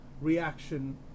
reaction